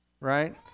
right